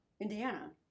Indiana